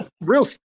real